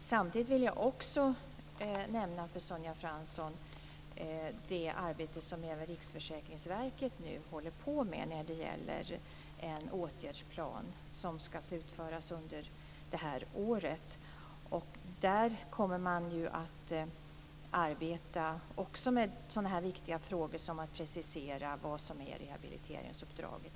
Samtidigt vill jag också för Sonja Fransson nämna det arbete som Riksförsäkringsverket nu håller på med när det gäller en åtgärdsplan som skall slutföras under det här året. Där kommer man ju också att arbeta med sådana viktiga frågor som t.ex. att precisera vad som är rehabiliteringsuppdraget.